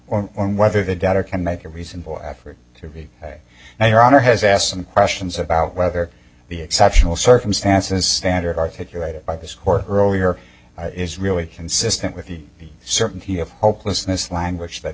or whether the debtor can make a reasonable effort to be and your honor has asked some questions about whether the exceptional circumstances standard articulated by this court earlier is really consistent with the certainty of hopelessness language